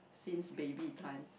since baby time